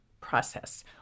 process